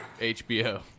hbo